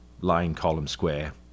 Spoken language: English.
line-column-square